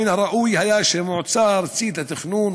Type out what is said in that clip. מן הראוי היה שהמועצה הארצית לתכנון,